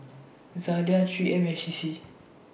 Zalia three M and C C